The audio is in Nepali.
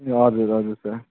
ए हजुर हजुर सर